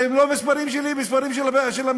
אלו לא מספרים שלי, אלו מספרים של המדינה.